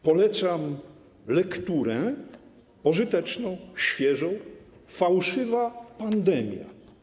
Polecam lekturę pożyteczną, świeżą: „Fałszywa pandemia”